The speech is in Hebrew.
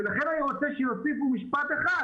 לכן אני רוצה שיוסיפו משפט אחד